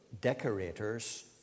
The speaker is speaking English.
decorators